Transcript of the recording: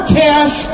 cash